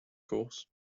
course